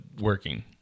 working